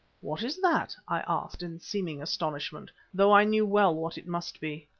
what is that? i asked, in seeming astonishment, though i knew well what it must be.